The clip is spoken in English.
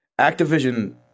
activision